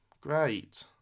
great